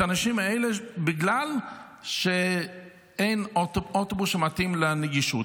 את האנשים האלה בגלל שאין אוטובוס שמתאים לנגישות.